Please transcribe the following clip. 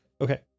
okay